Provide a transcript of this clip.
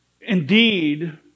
indeed